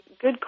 good